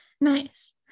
Nice